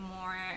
more